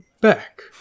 back